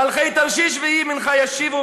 מלכי תרשיש ואיים מנחה ישיבו,